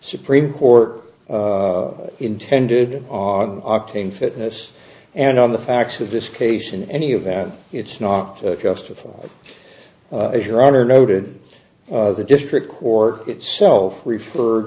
supreme court intended on octane fitness and on the facts of this case in any event it's not justified as your honor noted the district court itself refer